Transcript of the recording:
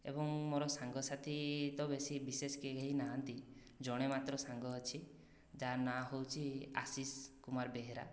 ଏବଂ ମୋର ସାଙ୍ଗସାଥି ତ ବେଶୀ ବିଶେଷ କେହି ନାହାନ୍ତି ଜଣେ ମାତ୍ର ସାଙ୍ଗ ଅଛି ଯାହା ନାଁ ହେଉଛି ଆଶିଷ କୁମାର ବେହେରା